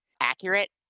accurate